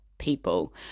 people